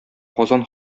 казан